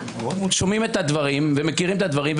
שומעים את הדברים ומכירים את הדברים,